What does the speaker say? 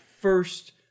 first